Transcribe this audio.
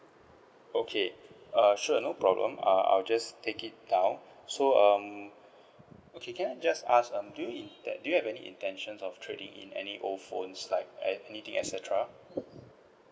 okay err sure no problem err I'll just take it down so um okay can I just ask um do you intend do you have any intentions of trading in any old phones like anything et cetera